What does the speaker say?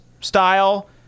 style